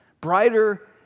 brighter